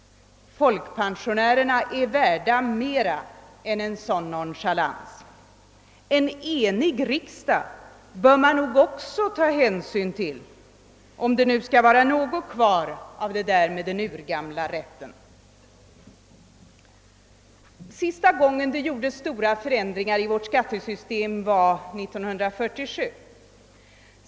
Folkpensionärerna är värda mer än en sådan nonchalans. En enig riksdag bör man nog också ta hänsyn till, om det skall vara något kvar av det där med den urgamla rätten. Sista gången det gjordes stora förändringar i vårt skattesystem var 1947.